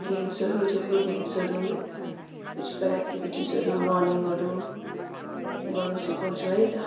गेम्सहरू थुप्रो गेम्सहरू फिजिकल एक्टिभिटिजहरू रनिङहरू गर्न सिकाउँछु है त